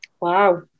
wow